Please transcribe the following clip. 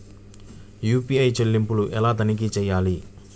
UPI చెల్లింపులు ఎలా తనిఖీ చేయాలి?